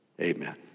Amen